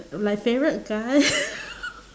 my favourite guy